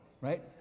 right